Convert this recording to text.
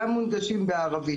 גם מונגשים בערבית.